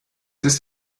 ist